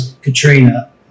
Katrina